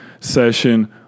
session